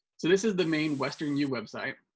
so this is the main western u website.